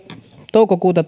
toukokuuta